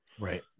right